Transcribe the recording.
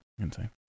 Insane